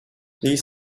these